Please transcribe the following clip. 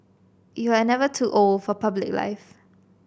you are never too old for public life